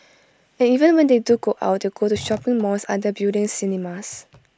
and even when they do go out they go to shopping malls other buildings cinemas